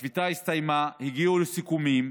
הגיעו לסיכומים,